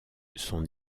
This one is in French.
son